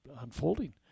unfolding